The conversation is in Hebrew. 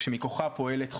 שמכוחה פועלת חוש"ן,